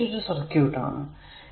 ഇത് മറ്റൊരു സർക്യൂട് ആണ്